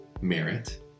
merit